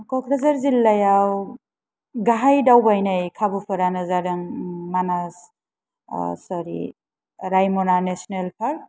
कक्राझार जिल्लायाव गाहाय दावबायनाय खाबुफोरानो जादों मानास सरि रायमना नेशनेल पार्क